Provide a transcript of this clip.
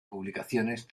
publicaciones